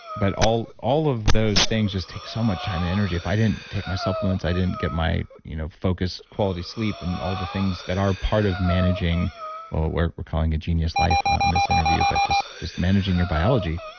but all all of those things just take so much time and energy. if i didn't take my supplements, i didn't get my you know focused quality sleep, and all the things that are part of managing what what we're we're calling a genius life in this interview, but just just managing your biology,